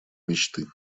мечты